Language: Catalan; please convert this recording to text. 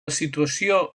situació